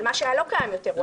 אבל מה שהיה לא קיים יותר,